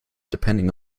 depending